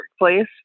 workplace